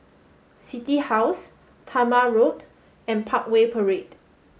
City House Talma Road and Parkway Parade